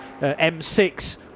M6